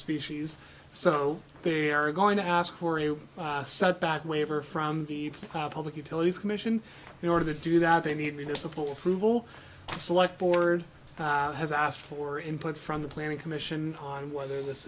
species so they are going to ask for a set back waiver from the public utilities commission in order to do that they need me to support a frugal select board has asked for input from the planning commission on whether this